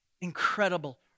incredible